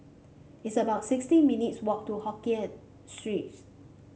it's about sixty minutes walk to Hokkien Street